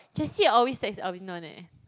Jessie always text Alvin [one] eh